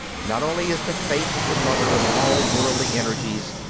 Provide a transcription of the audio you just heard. not only is the faith the mother of all worldly energies,